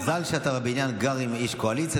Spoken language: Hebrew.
מזל שאתה בבניין גר עם איש קואליציה,